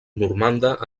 normanda